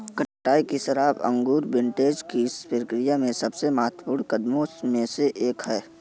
कटाई की शराब अंगूर विंटेज की प्रक्रिया में सबसे महत्वपूर्ण कदमों में से एक है